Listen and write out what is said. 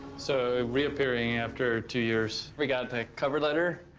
so reappearing after two years. we got a cover letter,